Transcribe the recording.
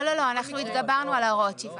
לא, אנחנו התגברנו על ההוראות, שפרה.